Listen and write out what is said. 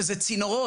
שזה צינורות,